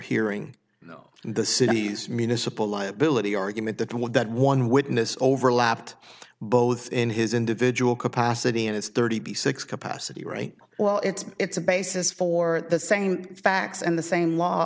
hearing the city's municipal liability argument that was that one witness overlapped both in his individual capacity and it's thirty six capacity right well it's it's a basis for the same facts and the same law